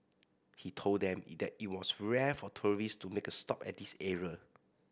he told them it that it was rare for tourists to make a stop at this area